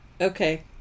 Okay